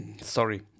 Sorry